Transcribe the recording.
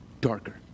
darker